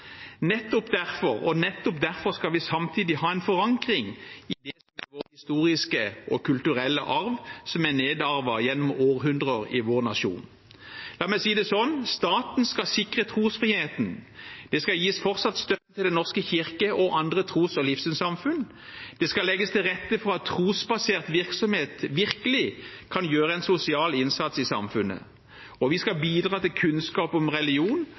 og nettopp derfor skal vi samtidig ha en forankring i vår historiske og kulturelle arv, som er nedarvet gjennom århundrer i vår nasjon. La meg si det sånn: Staten skal sikre trosfriheten, det skal fortsatt gis støtte til Den norske kirke og andre tros- og livssynssamfunn, det skal legges til rette for at trosbasert virksomhet virkelig kan gjøre en sosial innsats i samfunnet, og vi skal bidra til kunnskap om religion